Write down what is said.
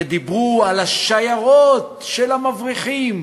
ודיברו על השיירות של המבריחים,